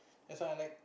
that is why I like